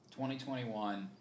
2021